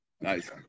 nice